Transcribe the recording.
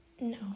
No